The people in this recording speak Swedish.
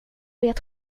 vet